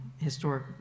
historic